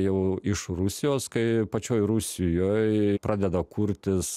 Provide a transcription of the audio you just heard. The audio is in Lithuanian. jau iš rusijos kai pačioj rusijoj pradeda kurtis